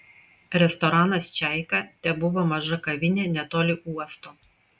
restoranas čaika tebuvo maža kavinė netoli uosto